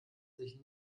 sich